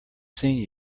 seen